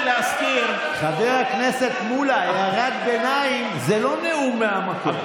חבר הכנסת מולא, הערת ביניים זה לא נאום מהמקום.